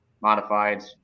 modified